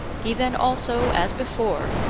he then also, as before,